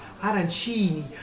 arancini